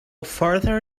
further